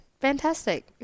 Fantastic